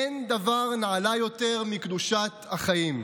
אין דבר נעלה יותר מקדושת החיים.